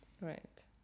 Right